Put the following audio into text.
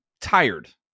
tired